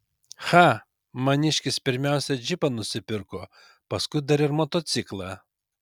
cha maniškis pirmiausia džipą nusipirko paskui dar ir motociklą